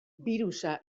birusa